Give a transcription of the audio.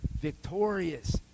Victorious